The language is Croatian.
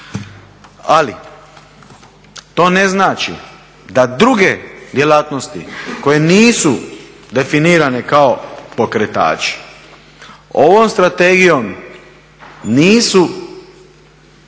Ali to ne znači da druge djelatnosti koje nisu definirane kao pokretači ovom strategijom nisu